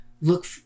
look